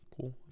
Cool